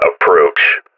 approach